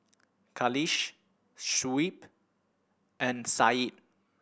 Khalish Shuib and Syed